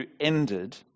ended